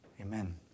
Amen